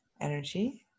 energy